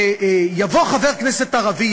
שיבוא חבר כנסת ערבי,